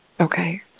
Okay